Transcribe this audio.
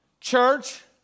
church